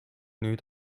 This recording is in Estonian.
nüüd